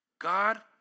God